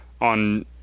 on